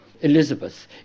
Elizabeth